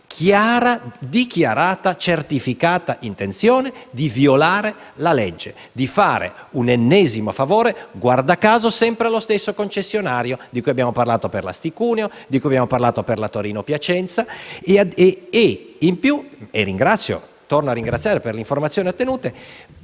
chiara, dichiarata, certificata intenzione di violare la legge, di fare un ennesimo favore - guarda caso - sempre allo stesso concessionario di cui abbiamo parlato per l'autostrada Asti-Cuneo e per la Torino-Piacenza. Inoltre, tornando a ringraziare per le informazioni ottenute,